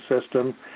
system